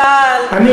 הקימה את צה"ל,